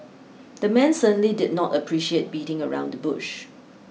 the man certainly did not appreciate beating around the bush